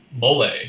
Mole